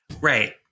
Right